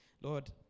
Lord